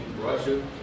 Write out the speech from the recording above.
Russia